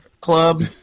club